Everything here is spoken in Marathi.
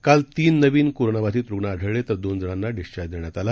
कालतीननवीनकोरोनाबाधितरुग्णआढळलेतरदोनजणांनाडिस्चार्जदेण्यातआला